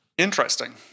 Interesting